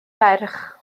ferch